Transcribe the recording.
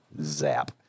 Zap